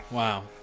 Wow